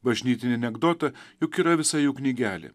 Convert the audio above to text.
bažnytinį anekdotą juk yra visa jų knygelė